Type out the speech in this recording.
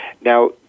Now